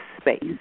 space